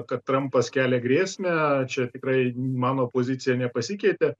kad trampas kelia grėsmę čia tikrai mano pozicija nepasikeitė